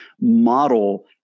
model